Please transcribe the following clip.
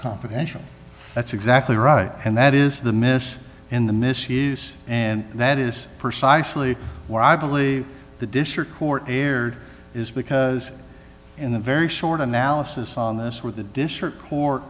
confidential that's exactly right and that is the mis in the misuse and that is precisely why i believe the district court erred is because in the very short analysis on this with the district